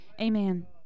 Amen